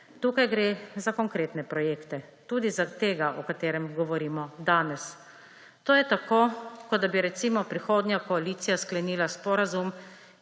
Tukaj gre za konkretne projekte; tudi za tega, o katerem govorimo danes. To je tako, kot da bi, recimo, prihodnja koalicija sklenila sporazum